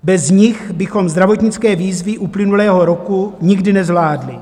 Bez nich bychom zdravotnické výzvy uplynulého roku nikdy nezvládli.